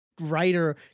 writer